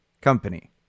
company